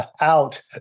out